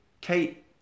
Kate